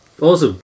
Awesome